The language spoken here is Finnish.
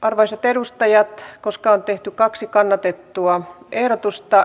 arvoisat edustajat koskaan tehty kaksi kannatettua ehdotusta